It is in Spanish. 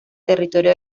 territorio